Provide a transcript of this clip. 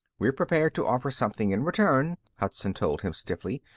we're prepared to offer something in return, hudson told him stiffly.